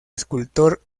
escultor